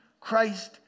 Christ